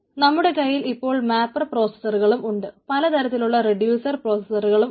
നമ്മുടെ കയ്യിൽ ഇപ്പോൾ മാപ്പർ പ്രോസസറുകളും ഉണ്ട് പലതരത്തിലുള്ള റെഡ്യൂസർ പ്രോസസറുകളും ഉണ്ട്